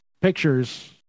pictures